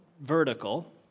vertical